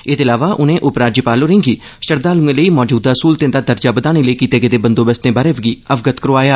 एहदे अलावा उने उपराज्यपाल होरे गी श्रद्वालुए लेई मौजूदा स्हूलते दा दर्जा बघाने लेई कीते गेदे बंदोबस्ते बारै बी अवगत करोआया